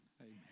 Amen